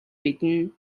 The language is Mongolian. мэднэ